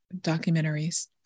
documentaries